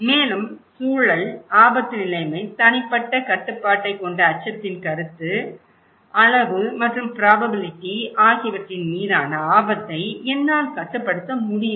மேலும் சூழல் ஆபத்து நிலைமை தனிப்பட்ட கட்டுப்பாட்டைக் கொண்ட அச்சத்தின் கருத்து அளவு மற்றும் ப்ராபபிலிட்டி ஆகியவற்றின் மீதான ஆபத்தை என்னால் கட்டுப்படுத்த முடியும்